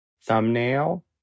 thumbnail